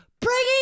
bringing